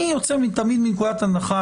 אני יוצא תמיד מנקודת הנחה,